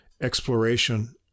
exploration